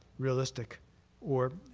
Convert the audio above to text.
realistic or